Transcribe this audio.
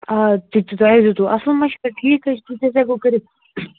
آ تِتہِ چھُ تۄہے دیُتوُ اَصٕل مَشوَر ٹھیٖک حظ چھُ تِتہِ حظ ہٮ۪کو کٔرِتھ